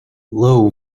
low